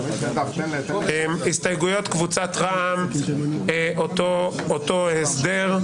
הסתייגויות קבוצות רע"מ אותו הסדר.